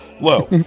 low